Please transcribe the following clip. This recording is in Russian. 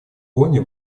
бонне